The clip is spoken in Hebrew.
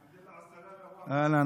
(אומר בערבית: השבח לאל שאתה בריא.) אהלן,